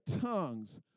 tongues